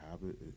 habit